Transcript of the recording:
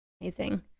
Amazing